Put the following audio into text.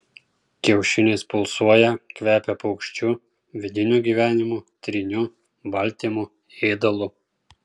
kiaušinis pulsuoja kvepia paukščiu vidiniu gyvenimu tryniu baltymu ėdalu